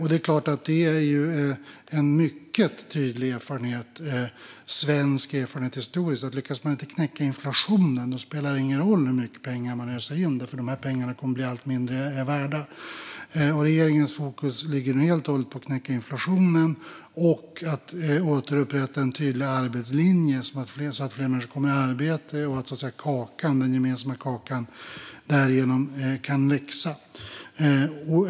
Det är klart att det är en mycket tydlig svensk erfarenhet historiskt att om man inte lyckas knäcka inflationen spelar det ingen roll hur mycket pengar man öser in, för dessa pengar kommer att bli allt mindre värda. Regeringens fokus ligger nu helt och hållet på att knäcka inflationen och på att återupprätta en tydlig arbetslinje så att fler människor kommer i arbete och den gemensamma kakan därigenom kan växa.